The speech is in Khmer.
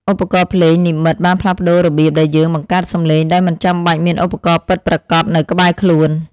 ឧបករណ៍ភ្លេងនិម្មិតបានផ្លាស់ប្តូររបៀបដែលយើងបង្កើតសំឡេងដោយមិនចាំបាច់មានឧបករណ៍ពិតប្រាកដនៅក្បែរខ្លួន។